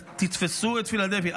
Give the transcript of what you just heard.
תפסו את פילדלפי.